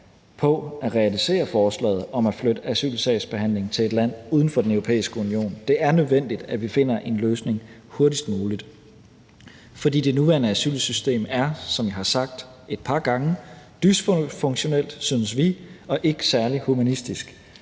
på at realisere forslaget om at flytte asylsagsbehandlingen til et land uden for Den Europæiske Union. Det er nødvendigt, at vi finder en løsning hurtigst muligt, for det nuværende asylsystem er, som jeg har sagt et par gange, dysfunktionelt, synes vi, og ikke særlig humanistisk,